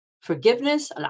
forgiveness